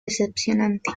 decepcionante